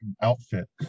outfit